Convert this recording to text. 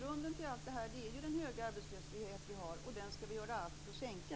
Grunden till allt detta är den höga arbetslöshet vi har, och den skall vi göra allt för att sänka.